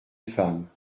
femme